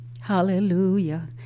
Hallelujah